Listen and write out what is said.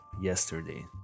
yesterday